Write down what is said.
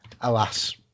Alas